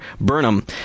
Burnham